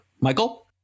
Michael